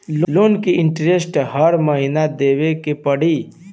Loan के interest हर महीना देवे के पड़ी?